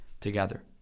together